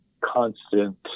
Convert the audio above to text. constant